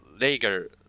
Lager